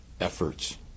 efforts